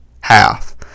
half